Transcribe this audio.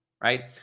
right